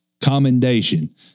commendation